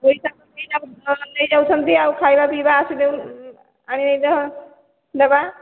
ପଇସା ଫଇସା ଭଲ ନେଇଯାଉଛନ୍ତି ଆଉ ଖାଇବା ପିଇବା ଆସିକି ଆଣିକି ନେବା